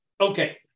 Okay